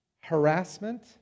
Harassment